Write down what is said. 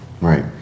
Right